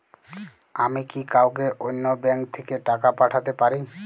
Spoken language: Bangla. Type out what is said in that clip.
আমি কি কাউকে অন্য ব্যাংক থেকে টাকা পাঠাতে পারি?